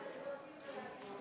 סעיף